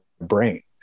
brain